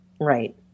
Right